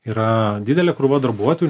yra didelė krūva darbuotojų